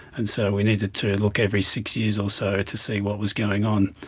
and so we needed to look every six years or so to see what was going on.